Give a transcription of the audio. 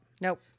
Nope